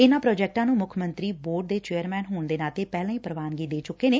ਇਨਾਂ ਪੁੱਜੈਕਟਾ ਨੰ ਮੱਖ ਮੰਤਰੀ ਬੋਰਡ ਦੇ ਚੇਅਰਮੈਨ ਹੋਣ ਦੇ ਨਾਤੇ ਪਹਿਲਾਂ ਹੀ ਪਵਾਨਗੀ ਦੇ ਚੱਕੇ ਨੇ